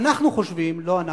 אנחנו חושבים, לא אנחנו,